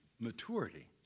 maturity